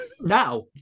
now